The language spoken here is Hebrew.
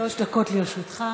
שלוש דקות לרשותך.